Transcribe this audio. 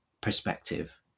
perspective